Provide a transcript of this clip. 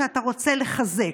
שאתה רוצה לחזק.